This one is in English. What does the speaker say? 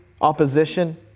opposition